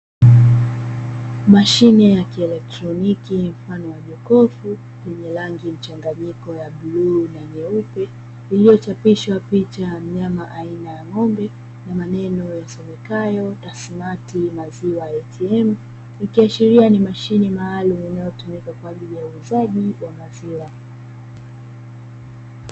Mashine ya kielektroniki mfano wa jokofu yenye rangi mchanganyiko wa bluu na nyeupe, iliyochapishwa picha ya mnyama aina ya ng'ombe na maneno yasomekayo "TASMATI maziwa ATM", ikiashiria ni mashine maalumu inayotumika kwa ajili ya uuzaji wa maziwa.